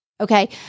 Okay